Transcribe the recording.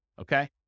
Okay